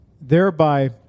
thereby